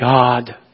God